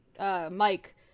Mike